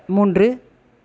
மூன்று